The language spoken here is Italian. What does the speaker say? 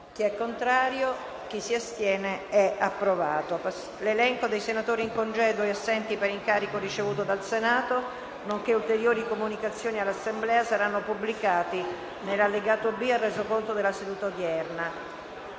"Il link apre una nuova finestra"). L'elenco dei senatori in congedo e assenti per incarico ricevuto dal Senato, nonché ulteriori comunicazioni all'Assemblea saranno pubblicati nell'allegato B al Resoconto della seduta odierna.